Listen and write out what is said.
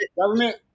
government